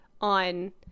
on